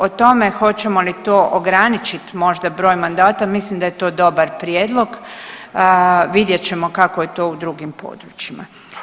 O tome hoćemo li to ograničit možda broj mandata, mislim da je to dobar prijedlog, vidjet ćemo kako je to u drugim područjima.